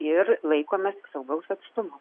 ir laikomės saugaus atstumo